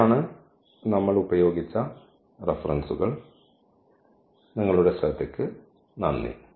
ഇവയാണ് നമ്മൾ ഉപയോഗിച്ച റഫറൻസുകൾ നിങ്ങളുടെ ശ്രദ്ധയ്ക്ക് നന്ദി